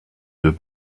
deux